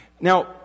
Now